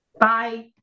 Bye